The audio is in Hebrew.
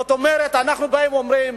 זאת אומרת, אנחנו באים ואומרים: